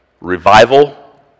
revival